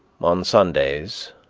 on sundays,